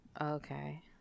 Okay